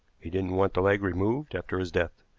he didn't want the leg removed after his death,